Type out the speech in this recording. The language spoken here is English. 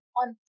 on